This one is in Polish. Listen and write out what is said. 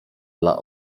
dla